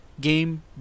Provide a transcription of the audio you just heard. game